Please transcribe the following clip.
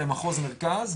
בבקשה, דובר אחרון, יוסף אשד.